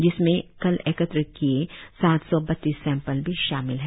जिसमें कल एकत्र किए सात सौ बत्तीस सैंपल भी शामिल है